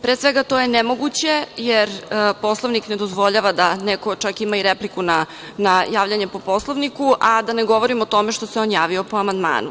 Pre svega, to je nemoguće, jer Poslovnik ne dozvoljava da neko čak ima i repliku na javljanje po Poslovniku, a da ne govorim o tome što se on javio po amandmanu.